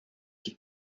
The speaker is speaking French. qui